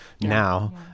now